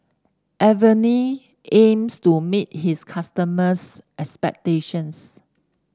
Avene aims to meet its customers' expectations